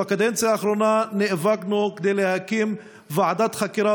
בקדנציה האחרונה נאבקנו כדי להקים ועדת חקירה